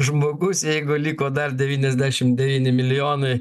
žmogus jeigu liko dar devyniasdešimt devyni milijonai